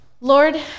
Lord